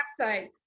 website